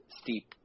steep